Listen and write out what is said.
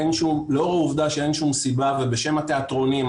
שלאור העובדה שאין שום סיבה ובשם התיאטרונים,